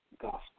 gospel